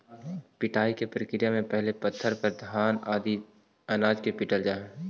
पिटाई के प्रक्रिया में पहिले पत्थर पर घान आदि अनाज के पीटल जा हइ